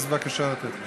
אז בבקשה לתת לו.